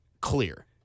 clear